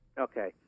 Okay